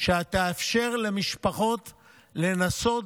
שתאפשר למשפחות לנסות